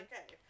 okay